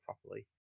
properly